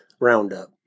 roundup